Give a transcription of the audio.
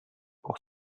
pour